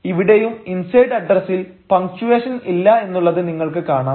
ഇവിടെയും ഇൻസൈഡ് അഡ്രസ്സിൽ പങ്ച്ചുവേഷൻ ഇല്ല എന്നുള്ളത് നിങ്ങൾക്ക് കാണാം